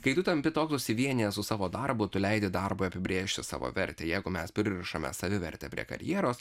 kai tu tampi toks susivienijęs su savo darbu tu leidi darbui apibrėžti savo vertę jeigu mes pririšame savivertę prie karjeros